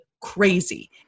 crazy